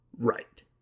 Right